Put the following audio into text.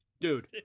dude